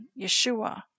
Yeshua